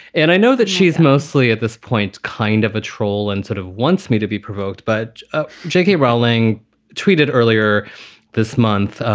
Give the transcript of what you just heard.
and i know that she's mostly, at this point, kind of a troll and sort of wants me to be provoked. but ah j k. rowling tweeted earlier this month,